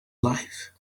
life